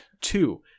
Two